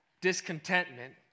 discontentment